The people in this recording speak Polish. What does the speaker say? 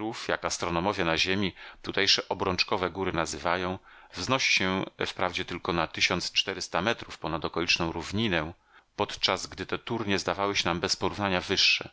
ów jak astronomowie na ziemi tutejsze obrączkowe góry nazywają wznosi się wprawdzie tylko na tysiąc czterysta metrów ponad okoliczną równinę podczas gdy te turnie zdawały się nam bez porównania wyższe